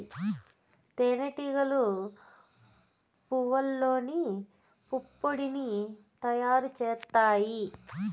తేనె టీగలు పువ్వల్లోని పుప్పొడిని తయారు చేత్తాయి